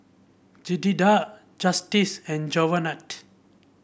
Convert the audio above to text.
Jedidiah Justice and Javonte